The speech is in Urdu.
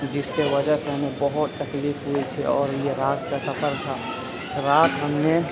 جس کے وجہ سے ہمیں بہت تکلیف ہوئی تھی اور یہ رات کا سفر تھا رات ہم نے